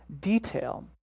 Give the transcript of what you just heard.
detail